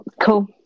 Cool